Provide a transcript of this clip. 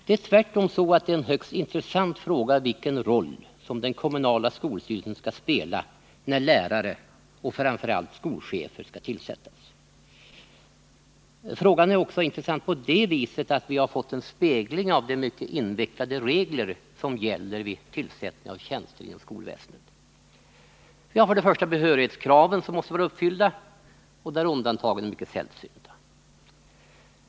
Det är tvärtom så att det är en högst intressant fråga, vilken roll den kommunala skolstyrelsen skall spela när lärare och framför allt skolchefer skall tillsättas. Frågan är också intressant på det viset att vi fått en spegling av de mycket invecklade regler som gäller vid tillsättning av tjänster inom skolväsendet. Vi har först och främst behörighetskraven, som måste vara uppfyllda, och där undantagen är mycket sällsynta.